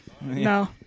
No